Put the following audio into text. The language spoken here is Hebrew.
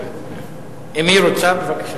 אם היא רוצה, בבקשה.